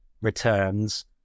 Returns